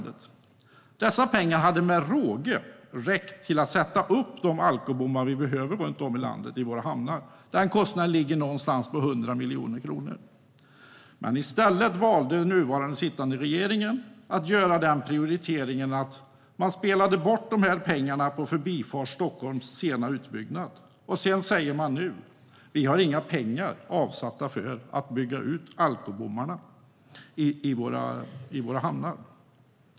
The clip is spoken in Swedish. Dessa pengar hade med råge räckt till att sätta upp de alkobommar vi behöver i våra hamnar. Den kostnaden ligger på ungefär 100 miljoner kronor. Men i stället valde den nuvarande regeringen att göra den här prioriteringen. Man spelade bort pengarna på Förbifart Stockholms sena utbyggnad. Och nu säger man: Vi har inga pengar avsatta för att bygga alkobommar i våra hamnar.